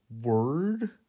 word